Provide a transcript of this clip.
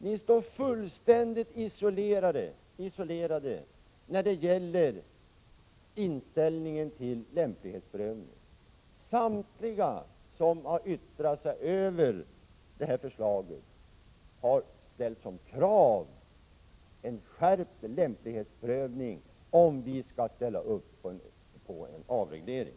Ni står fullständigt isolerade, mina herrar, när det gäller inställningen till lämplighetsprövningen. Samtliga som har yttrat sig över detta förslag har ställt som krav en skärpning av lämplighetsprövningen, om de skall ställa upp på en avreglering.